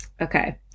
Okay